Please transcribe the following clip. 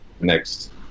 next